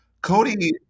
Cody